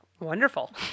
Wonderful